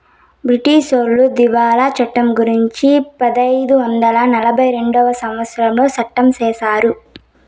బ్రిటీసోళ్లు దివాళా చట్టం గురుంచి పదైదు వందల నలభై రెండవ సంవచ్చరంలో సట్టం చేశారు